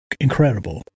incredible